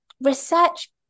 research